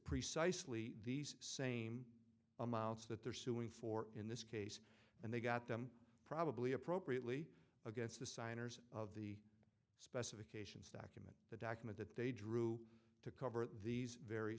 precisely these same amounts that they're suing for in this case and they got them probably appropriately against the signers of the specification meant the document that they drew to cover these very